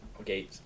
Okay